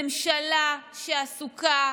ממשלה שעסוקה